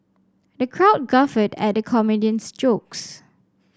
the crowd guffawed at the comedian's jokes